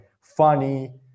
funny